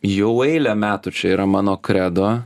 jau eilę metų čia yra mano kredo